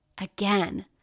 Again